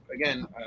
again